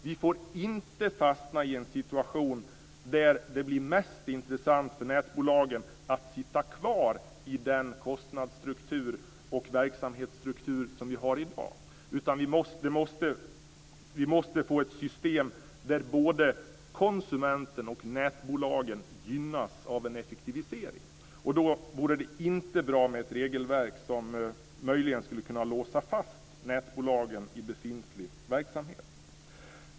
Vi får inte fastna i en situation där det mest intressanta för nätbolagen blir att sitta kvar i den kostnads och verksamhetsstruktur som i dag finns. I stället måste vi få ett system där både konsumenten och nätbolagen gynnas av en effektivisering. Då vore det inte bra med ett regelverk som möjligen skulle kunna låsa fast nätbolagen i befintlig verksamhet.